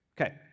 Okay